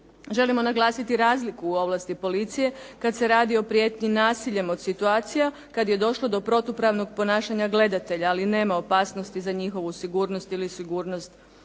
Želimo naglasiti razliku u ovlasti policije kad se radi o prijetnji nasiljem od situacija, kad je došlo do protupravnog ponašanja gledatelja, ali nema opasnosti za njihovu sigurnost ili sigurnost